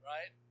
Right